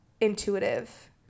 intuitive